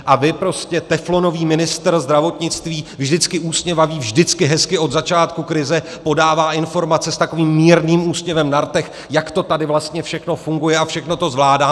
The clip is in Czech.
A vy prostě, teflonový ministr zdravotnictví, vždycky usměvavý, vždycky hezky od začátku krize podává informace s takovým mírným úsměvem na rtech, jak to tady vlastně všechno funguje a všechno to zvládáme.